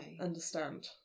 understand